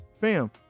Fam